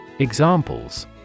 Examples